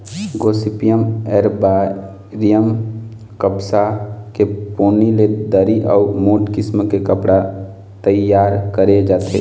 Gossypium एरबॉरियम कपसा के पोनी ले दरी अउ मोठ किसम के कपड़ा तइयार करे जाथे